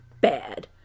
bad